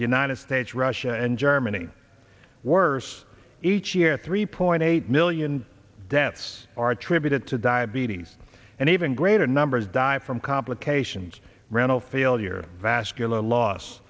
united states russia and germany worse each year three point eight million deaths are attributed to diabetes and even greater numbers die from complications renel failure vascular loss